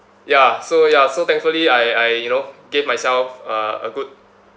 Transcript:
ya so ya so thankfully I I you know gave myself uh a good